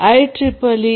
IEEE 802